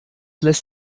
lässt